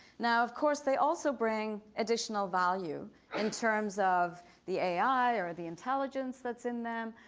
now of course they also bring additional value in terms of the ai, or the intelligence that's in them,